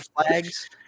Flags